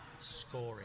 Scoring